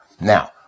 Now